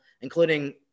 including –